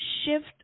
shift